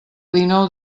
dinou